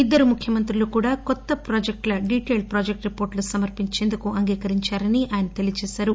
ఇద్దరు ముఖ్యమంత్రులు కూడా కొత్త ప్రాజెక్టుల డిటైల్డ్ ప్రాజెక్టు రిపోర్టులు సమర్పించేందుకు అంగీకరించారని ఆయన తెలియచేసారు